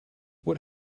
what